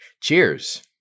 cheers